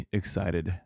excited